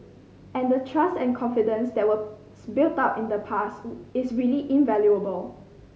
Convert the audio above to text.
and the trust and confidence that was built up in the past is really invaluable